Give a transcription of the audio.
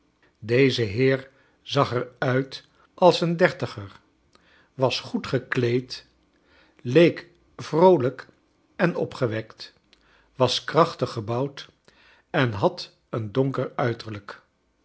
oeze heer zag er uit als een dertiger was goed gekleed leek vroolijk en opgewekt was kraohtig gebouwd en had een donker uiteriijk